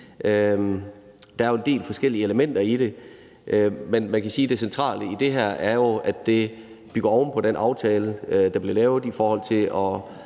Der er jo en del forskellige elementer i det, kan man sige, men det centrale i det her er, at det bygger oven på den aftale, der blev lavet i forhold til at